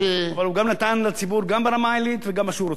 אבל הוא נתן לציבור גם ברמה העילית וגם מה שהוא רוצה.